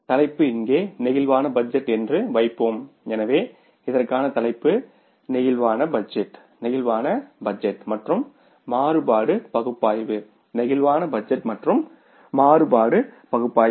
தலைப்பு இங்கே flexible budget என்று வைப்பேம் எனவே இதற்கான தலைப்பு பிளேக்சிபிள் பட்ஜெட் பிளேக்சிபிள் பட்ஜெட் மற்றும் மாறுபாடு பகுப்பாய்வு பிளேக்சிபிள் பட்ஜெட் மற்றும் மாறுபாடு பகுப்பாய்வு